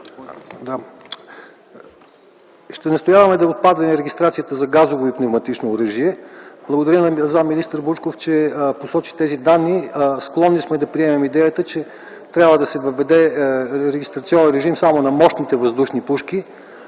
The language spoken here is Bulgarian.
Ще настояваме да отпадне регистрацията за газово и пневматично оръжие. Благодарим на заместник-министър Вучков, че посочи тези данни. Склонни сме да приемем идеята, че трябва да се въведе регистрационен режим само на мощните въздушни пушки,